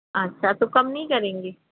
अच्छा तो कम नहीं करेंगी